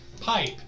pipe